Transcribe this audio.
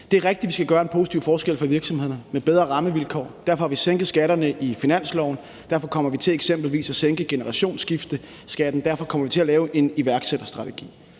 Det er rigtigt, at vi skal gøre en positiv forskel for virksomhederne med bedre rammevilkår. Derfor har vi sænket skatterne i forbindelse med finansloven, derfor kommer vi eksempelvis til at sænke generationsskifteskatten, og derfor kommer vi til at lave en iværksætterstrategi.